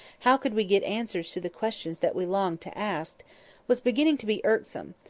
how could we get answers to the questions that we longed to ask was beginning to be irksome,